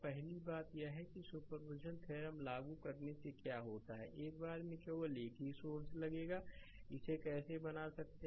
पहली बात यह है कि आर सुपरपोजिशन थ्योरम लागू करने से क्या होता है एक बार में केवल एक ही सोर्स लगेगा कि इसे कैसे बना सकते हैं